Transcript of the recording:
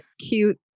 cute